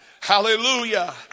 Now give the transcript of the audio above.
Hallelujah